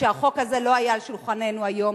שהחוק הזה לא היה על שולחננו היום,